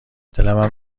دلمم